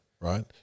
right